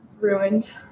ruined